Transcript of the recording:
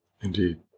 Indeed